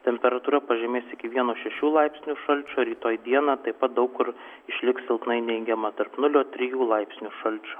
temperatūra pažemės iki vieno šešių laipsnių šalčio rytoj dieną taip pat daug kur išliks silpnai neigiama tarp nulio trijų laipsnių šalčio